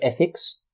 ethics